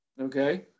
Okay